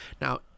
Now